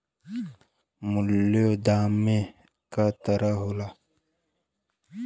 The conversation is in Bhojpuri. मूल्यों दामे क तरह होला